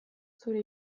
zure